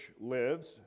lives